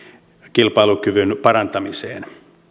kilpailukyvyn parantamiseen